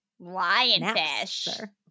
Lionfish